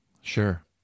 Sure